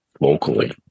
locally